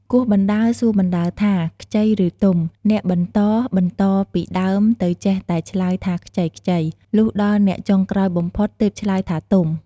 គោះបណ្តើរសួរបណ្តើរថា ខ្ចី ឬ ទុំ? អ្នកបន្តៗ ពីដើមទៅ ចេះតែឆ្លើយថាខ្ចីៗ លុះដល់អ្នកចុងក្រោយបំផុតទើបឆ្លើយថាទុំ។